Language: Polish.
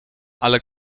ale